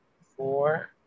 four